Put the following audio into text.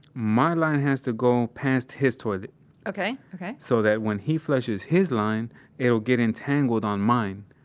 my line has to go past his toilet okay. okay so that when he flushes his line it will get entangled on mine